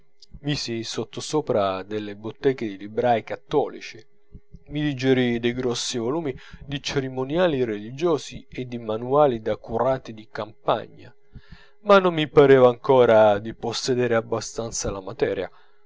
bisogno misi sottosopra delle botteghe di librai cattolici mi digerii dei grossi volumi di cerimoniali religiosi e di manuali da curati di campagna ma non mi pareva ancora di possedere abbastanza la materia